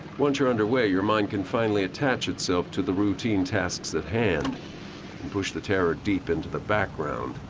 once you're underway, your mind can finally attach itself to the routine tasks at hand and push the terror deep into the background.